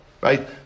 right